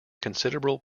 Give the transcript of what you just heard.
considerable